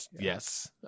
yes